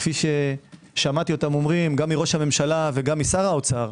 כפי ששמעתי אותם אומרים גם מראש הממשלה וגם משר האוצר,